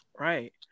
Right